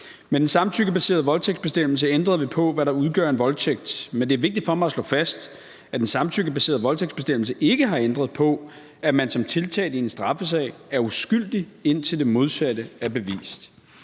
Med den samtykkebaserede voldtægtsbestemmelse ændrede vi på, hvad der udgør en voldtægt, men det er vigtigt for mig at slå fast, at den samtykkebaserede voldtægtsbestemmelse ikke har ændret på, at man som tiltalt i en straffesag er uskyldig, indtil det modsatte er bevist,